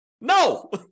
No